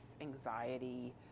anxiety